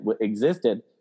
existed